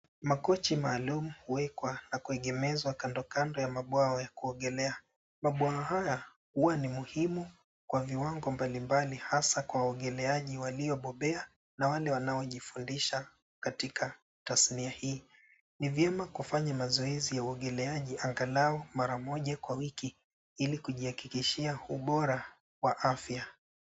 Makochi maalum huwekwa na kuegemezwa kandokando ya mabwawa ya kuogelea. Mabwawa haya huwa ni muhimu kwa viwango mbalimbali hasa kwa waogeleaji waliobobea na wale wanaojifundisha katika tasnia hii. Ni vyema kufanya mazoezi ya kuogelea angalau mara moja kwa wiki ili kujihakikishia ubora wa afya.